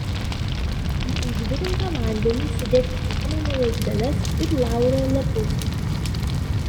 į užvirintą vandenį sudėk cinamono lazdeles ir lauro lapus